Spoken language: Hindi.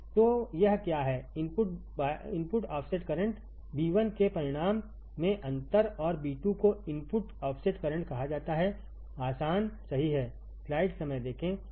तो यह क्या है इनपुट ऑफसेट करंटIb1 केपरिमाण में अंतरऔर Ib2को इनपुट ऑफसेट करंट कहा जाता हैआसान सही है